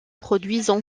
produisent